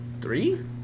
three